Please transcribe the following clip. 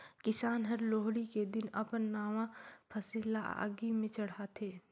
किसान हर लोहड़ी के दिन अपन नावा फसिल ल आगि में चढ़ाथें